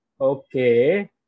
okay